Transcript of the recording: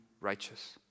righteous